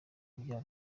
kubyara